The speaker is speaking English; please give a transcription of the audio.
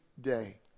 day